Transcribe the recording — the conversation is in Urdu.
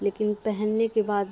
لیکن پہننے کے بعد